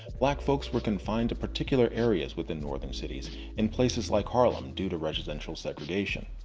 black folks were confined to particular areas within northern cities in places like harlem due to residential segregation.